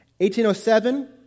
1807